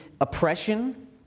oppression